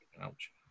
Ouch